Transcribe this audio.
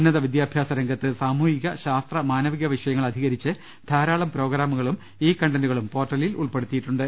ഉന്നത വിദ്യാ ഭ്യാസരംഗത്ത് സാമൂഹിക ശാസ്ത്ര മാനവിക വിഷയങ്ങളെ അധികരിച്ച് ധാരാളം പ്രോഗ്രാമുകളും ഇ കണ്ടന്റുകളും പ്പോർട്ടലിൽ ഉൾപ്പെടുത്തിയിട്ടു ണ്ട്